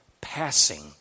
passing